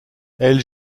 elles